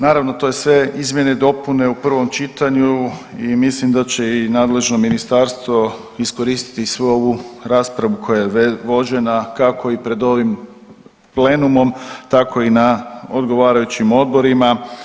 Naravno to je sve, izmjene i dopune u prvom čitanju i mislim da će i nadležno ministarstvo iskoristiti svu ovu raspravu koja je vođena kako i pred ovim plenumom tako i na odgovarajućim odborima.